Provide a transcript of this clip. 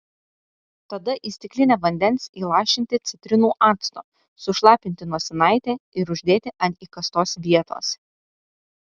tada į stiklinę vandens įlašinti citrinų acto sušlapinti nosinaitę ir uždėti ant įkastos vietos